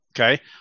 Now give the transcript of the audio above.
Okay